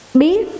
biết